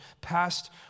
Past